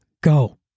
Go